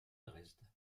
dresde